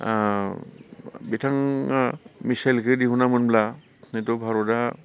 बिथाङा मिसेइलखौ दिहुना मोनबा हैट' भारता